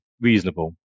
reasonable